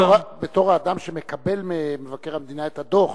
בתור האדם שמקבל ממבקר המדינה את הדוח